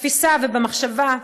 בתפיסה ובמחשבה,